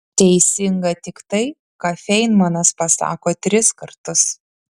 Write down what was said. teisinga tik tai ką feinmanas pasako tris kartus